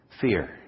fear